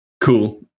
Cool